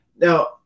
Now